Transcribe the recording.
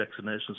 vaccinations